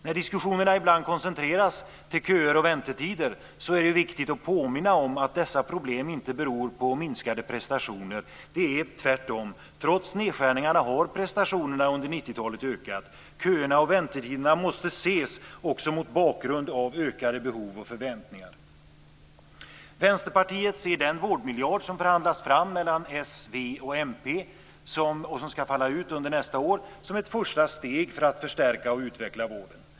När diskussionerna ibland koncentreras till köer och väntetider är det viktigt att påminna om att dessa problem inte beror på minskade prestationer. Det är tvärtom: Trots nedskärningarna har prestationerna under 90-talet ökat. Köerna och väntetiderna måste ses också mot bakgrund av ökade behov och förväntningar. Vänsterpartiet ser den vårdmiljard som förhandlats fram mellan s, v och mp och som ska falla ut under nästa år som ett första steg för att förstärka och utveckla vården.